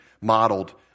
modeled